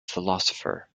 philosopher